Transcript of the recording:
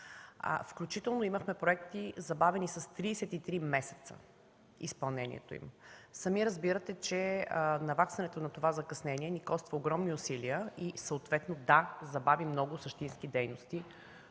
Включително имахме проекти с 33 месеца забавено изпълнение. Сами разбирате, че наваксването на това закъснение ни коства огромни усилия и съответно – да, забави същински дейности,